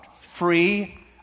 Free